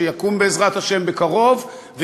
שיקום בעזרת השם בקרוב,